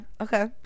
okay